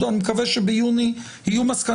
אני מקווה שביוני יהיו מסקנות.